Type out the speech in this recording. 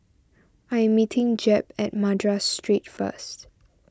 I am meeting Jeb at Madras Street first